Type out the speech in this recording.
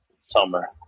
summer